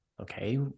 okay